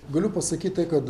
galiu pasakyt tai kad